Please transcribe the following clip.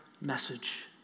message